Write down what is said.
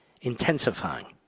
intensifying